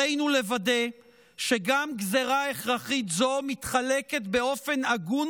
עלינו לוודא שגם גזרה הכרחית זו מתחלקת באופן הגון